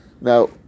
Now